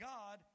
God